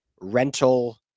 rental